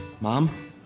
Mom